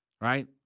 right